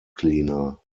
cleaner